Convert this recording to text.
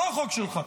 לא החוק שלך,